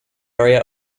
area